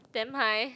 damn high